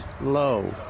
low